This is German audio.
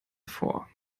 vor